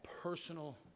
personal